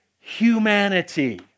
humanity